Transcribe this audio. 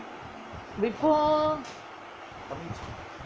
before